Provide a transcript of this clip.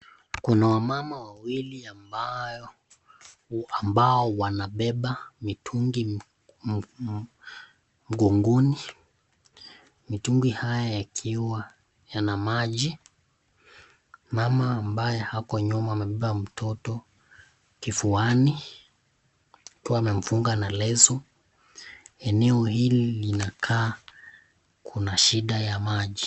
Kuna wamama wawili ambayo ambao wanabeba mitungi mgongoni. Mitungi hii ikiwa yana maji. Mama ambaye ako nyuma amebeba mtoto kifuani akiwa amemfunga na leso. Eneo hili linakaa kuna shida ya maji.